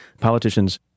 Politicians